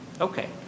okay